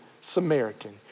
Samaritan